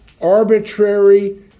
arbitrary